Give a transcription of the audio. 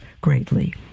greatly